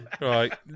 Right